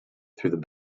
through